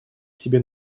себе